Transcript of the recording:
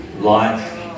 life